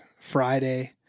Friday